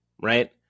right